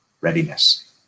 readiness